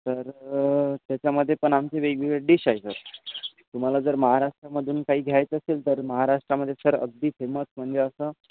तर त्याच्यामधे पण आमची वेगवेगळ्या डिश आहेत सर तुम्हाला जर महाराष्ट्रामधून काही घ्यायचं असेल तर महाराष्ट्रामध्ये तर अगदी फेमस म्हणजे असं